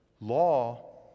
law